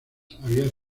había